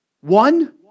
One